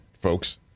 Folks